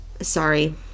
sorry